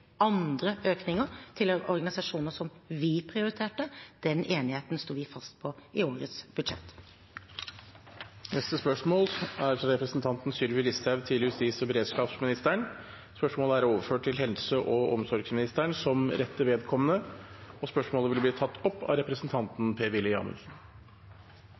andre økninger til organisasjoner som vi prioriterte. Den enigheten sto vi fast på i årets budsjett. Spørsmål 7, fra representanten Sylvi Listhaug til justis- og beredskapsministeren, er overført til helse- og omsorgsministeren som rette vedkommende, og spørsmålet vil bli tatt opp av representanten Per-Willy Amundsen.